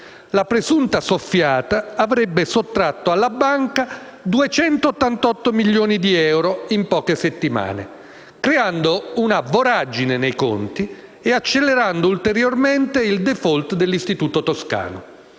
La presunta soffiata avrebbe sottratto alla banca 288 milioni di euro in poche settimane, creando una voragine nei conti e accelerando ulteriormente il *default* dell'istituto toscano.